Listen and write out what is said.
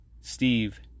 steve